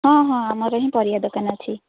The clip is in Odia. ହଁ ହଁ ଆମର ହିଁ ପରିବା ଦୋକାନ ଅଛି